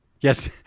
Yes